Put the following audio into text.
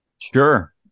Sure